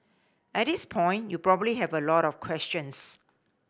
at this point you probably have a lot of questions